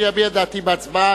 אני אביע את דעתי בהצבעה.